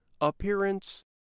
appearance